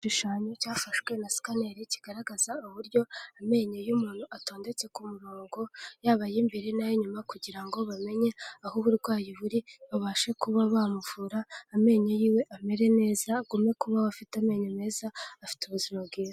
Igishushanyo cyafashwe na sikaneri kigaragaza uburyo amenyo y'umuntu atondetse ku murongo, yaba ay'imbere n'ay'inyuma, kugira ngo bamenye aho uburwayi buri, babashe kuba bamuvura amenyo yiwe amere neza, agume kubaho afite amenyo meza afite ubuzima bwiza.